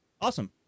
awesome